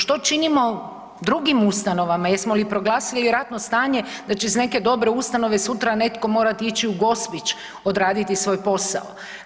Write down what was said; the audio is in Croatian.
Što činimo drugim ustanovama, jesmo li proglasili ratno stanje da će iz neke dobre ustanove sutra netko morati ići u Gospić odraditi svoj posao.